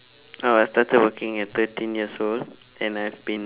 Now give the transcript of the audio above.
oh I started working at thirteen years old and I have been